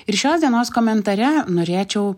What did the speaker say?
ir šios dienos komentare norėčiau